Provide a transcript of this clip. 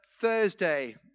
Thursday